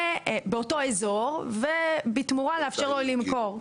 באותו אזור ובתמורה לאפשר לו למכור.